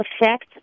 effect